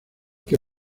que